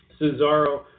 Cesaro